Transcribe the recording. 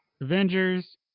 Avengers